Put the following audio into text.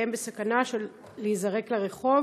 והם בסכנה של להיזרק לרחוב.